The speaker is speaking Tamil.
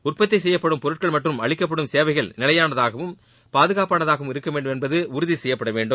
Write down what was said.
உற்பத்தி செய்யப்படும் பொருட்கள் மற்றும் அளிக்கப்படும் சேவைகள் நிலையானதாகவும் பாதுகாப்பானதாகவும் இருக்க வேண்டும் என்பது உறுதி செய்யப்பட வேண்டும்